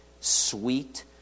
sweet